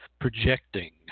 projecting